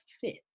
fit